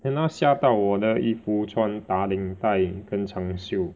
then 他吓到我的衣服穿打领带跟长袖